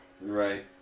Right